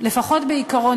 לפחות בעיקרון,